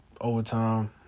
overtime